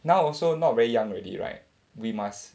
now also not very young already right we must